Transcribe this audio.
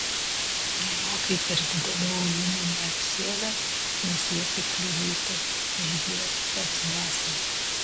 gerokai per didelių aulinių neapsiavė nes jie tik kliudytų žygiuoti teks basai